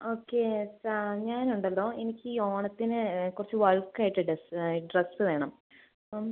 okay sir ഞാൻ ഉണ്ടല്ലോ എനിക്കീ ഓണത്തിന് കുറച്ച് ഡ്രെസ് വേണം അപ്പം